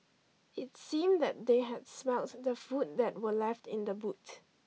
it seemed that they had smelt the food that were left in the boot